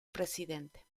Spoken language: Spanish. presidente